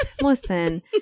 listen